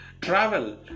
travel